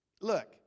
look